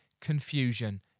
confusion